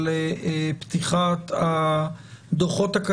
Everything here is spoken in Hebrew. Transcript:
על פתיחת הדוחות,